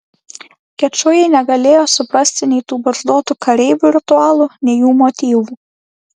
kečujai negalėjo suprasti nei tų barzdotų kareivių ritualų nei jų motyvų